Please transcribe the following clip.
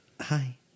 Hi